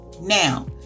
Now